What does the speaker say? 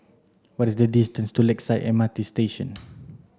what is the distance to Lakeside M R T Station